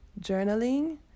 journaling